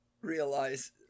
realize